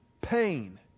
pain